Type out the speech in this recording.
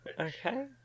Okay